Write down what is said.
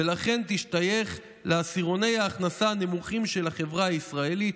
ולכן תשתייך לעשירוני ההכנסה הנמוכים של החברה הישראלית.